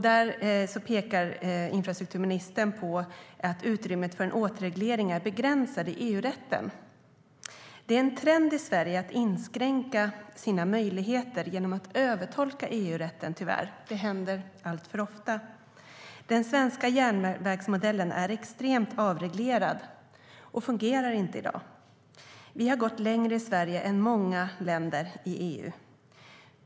Där pekar infrastrukturministern på att utrymmet för en återreglering är begränsat i EU-rätten. Det är tyvärr en trend i Sverige att inskränka sina möjligheter genom att övertolka EU-rätten. Det händer alltför ofta. Den svenska järnvägsmodellen är extremt avreglerad och fungerar inte i dag. Vi har gått längre i Sverige än många länder i EU.